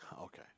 Okay